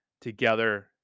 together